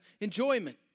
enjoyment